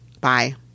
Bye